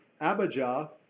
Abijah